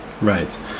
Right